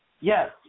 Yes